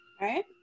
right